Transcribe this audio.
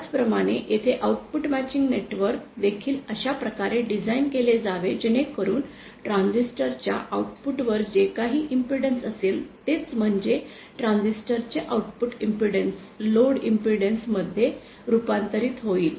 त्याचप्रमाणे येथे output matching network देखील अशा प्रकारे डिझाइन केले जावे जेणेकरून ट्रान्झिस्टर च्या आऊटपुट वर जे काही इम्पेडन्स असेल तेच म्हणजे ट्रांझिस्टर चे आउटपुट इम्पेडन्स लोड इम्पेडन्स मध्ये रूपांतरित होईल